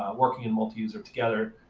working in multi-user together,